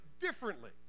differently